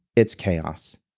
it's chaos.